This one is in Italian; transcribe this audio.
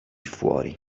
fuori